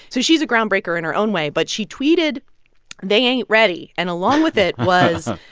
so she's a groundbreaker in her own way. but she tweeted they ain't ready. and along with it was.